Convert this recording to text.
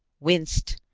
winced,